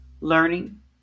Learning